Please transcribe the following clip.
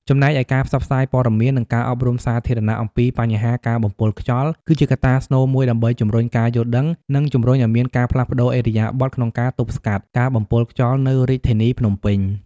ចំណែកឯការផ្សព្វផ្សាយព័ត៌មាន និងការអប់រំសាធារណៈអំពីបញ្ហាការបំពុលខ្យល់ គឺជាកត្តាស្នូលមួយដើម្បីជំរុញការយល់ដឹង និងជំរុញឱ្យមានការផ្លាស់ប្តូរឥរិយាបថក្នុងការទប់ស្កាត់ការបំពុលខ្យល់នៅរាជធានីភ្នំពេញ។